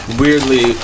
weirdly